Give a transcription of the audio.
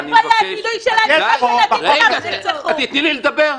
איפה היה --- רגע, את תתני לי לדבר?